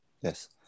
Yes